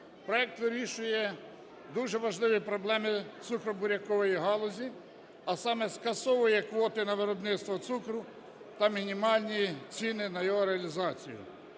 Проект вирішує дуже важливі проблеми цукробурякової галузі, а саме скасовує квоти на виробництво цукру та мінімальні ціни на його реалізацію.